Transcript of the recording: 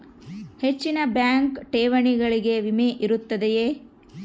ಹೆಚ್ಚಿನ ಬ್ಯಾಂಕ್ ಠೇವಣಿಗಳಿಗೆ ವಿಮೆ ಇರುತ್ತದೆಯೆ?